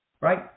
right